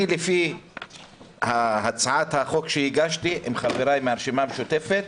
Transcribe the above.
לפי הצעת החוק שהגשתי עם חבריי מהרשימה המשותפת,